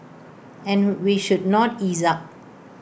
and we should not ease up